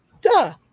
duh